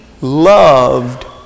loved